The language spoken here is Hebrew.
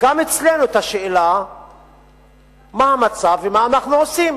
גם אצלנו את השאלה מה המצב ומה אנחנו עושים.